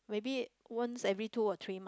maybe once every two or three month